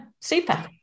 super